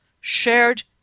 shared